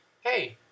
hey